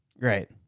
Right